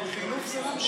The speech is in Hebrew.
חינוך זה לא,